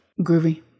Groovy